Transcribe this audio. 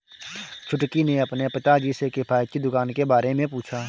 छुटकी ने अपने पिताजी से किफायती दुकान के बारे में पूछा